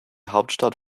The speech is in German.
hauptstadt